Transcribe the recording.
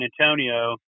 Antonio